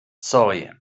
sorry